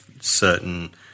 certain